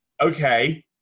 Okay